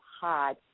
hot